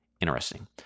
interesting